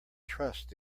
trust